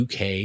UK